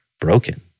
broken